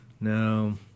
No